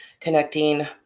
connecting